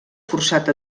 forçat